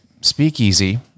speakeasy